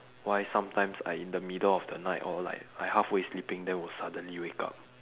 why sometimes I in the middle of the night or like I halfway sleeping then will suddenly wake up